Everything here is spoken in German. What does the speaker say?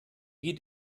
geht